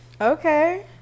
Okay